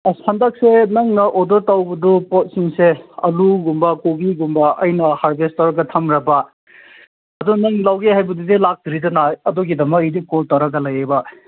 ꯑꯁ ꯍꯟꯗꯛꯁꯦ ꯅꯪꯅ ꯑꯣꯗꯔ ꯇꯧꯕꯗꯨ ꯄꯣꯠꯁꯤꯡꯁꯦ ꯑꯥꯜꯂꯨꯒꯨꯝꯕ ꯀꯣꯕꯤꯒꯨꯝꯕ ꯑꯩꯅ ꯍꯥꯔꯕꯦꯁ ꯇꯧꯔꯒ ꯊꯝꯂꯕ ꯑꯗꯣ ꯅꯪ ꯂꯧꯒꯦ ꯍꯥꯏꯕꯗꯨꯗꯤ ꯂꯥꯛꯇ꯭ꯔꯤꯗꯅ ꯑꯗꯨꯒꯤꯗꯃꯛ ꯑꯩꯗꯤ ꯀꯣꯜ ꯇꯧꯔꯒ ꯂꯩꯑꯕ